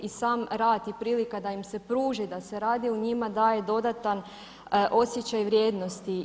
I sam rad i prilika da im se pruži da se radi u njima daje dodatan osjećaj vrijednosti.